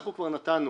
אנחנו כבר נתנו